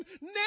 now